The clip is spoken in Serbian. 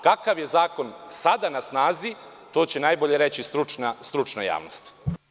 Kakav je zakon sada na snazi, to će najbolje reći stručna javnost.